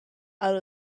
out